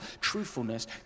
truthfulness